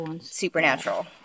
Supernatural